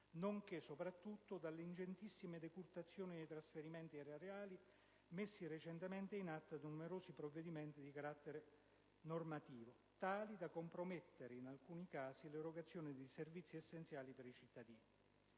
nonché, soprattutto, dalle ingentissime decurtazioni dei trasferimenti erariali messi recentemente in atto da numerosi provvedimenti di carattere normativo, tali da compromettere in alcuni casi l'erogazione di servizi essenziali per i cittadini.